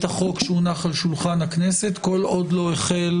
החוק שהונח על שולחן הכנסת כל עוד לא החל